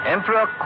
Emperor